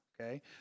Okay